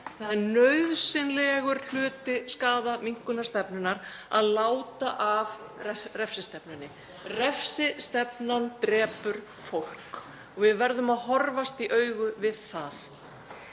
Það er nauðsynlegur hluti skaðaminnkunarstefnunnar að láta af refsistefnunni. Refsistefnan drepur fólk og við verðum að horfast í augu við það.